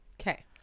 okay